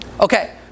Okay